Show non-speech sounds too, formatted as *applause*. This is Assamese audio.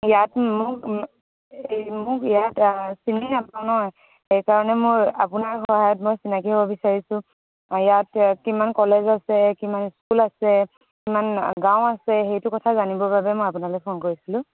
ইয়াত মোক এই মোক ইয়াত চিনি *unintelligible* সেইকাৰণে মোৰ আপোনাৰ সহায়ত মই চিনাকি হ'ব বিচাৰিছোঁ ইয়াত কিমান কলেজ আছে কিমান স্কুল আছে কিমান গাঁও আছে সেইটো কথা জানিবৰ বাবে মই আপোনালে ফোন কৰিছিলোঁ